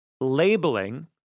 labeling